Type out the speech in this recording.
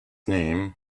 name